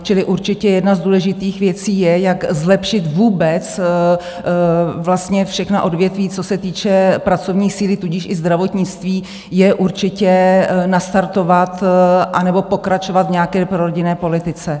Čili určitě jedna z důležitých věcí, jak zlepšit vůbec vlastně všechna odvětví, co se týče pracovní síly, tudíž i zdravotnictví, je určitě nastartovat, anebo pokračovat v nějaké prorodinné politice.